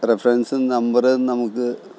reference number നമുക്ക്